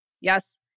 Yes